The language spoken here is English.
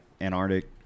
Antarctic